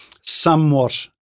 somewhat